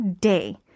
Day